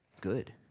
good